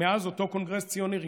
מאז אותו קונגרס ציוני ראשון,